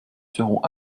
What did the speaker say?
seront